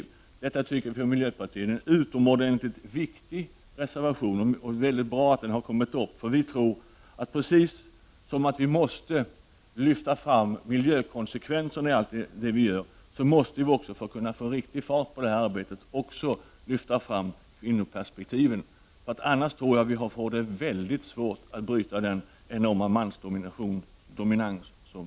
Vi i miljöpartiet tycker att det här är en utomordentligt viktig reservation. Det är alltså väldigt bra att denna har väckts. Lika väl som vi måste lyfta fram miljökonsekvenserna i allt det vi gör måste vi också, för att kunna få ordentlig fart på arbetet, lyfta fram kvinnoperspektiven. Annars blir det nog väldigt svårt för oss att bryta den enorma mansdominansen.